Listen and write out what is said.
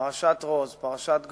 פרשת רוז, פרשת גולדרינג,